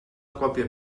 còpia